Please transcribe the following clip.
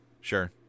Sure